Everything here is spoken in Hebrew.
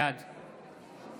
בעד